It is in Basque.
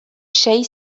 sei